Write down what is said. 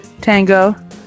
Tango